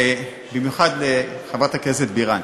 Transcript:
במיוחד לחברת הכנסת בירן.